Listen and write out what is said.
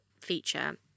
feature